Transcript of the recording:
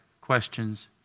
questions